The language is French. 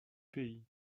pays